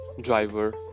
driver